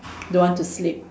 don't want to sleep